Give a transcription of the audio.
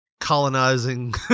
colonizing